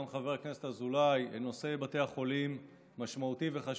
גם חבר הכנסת אזולאי נושא בתי החולים משמעותי וחשוב.